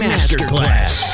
Masterclass